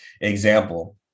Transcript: example